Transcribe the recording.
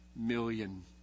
million